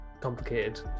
complicated